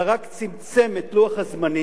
אלא רק צמצם את לוח הזמנים,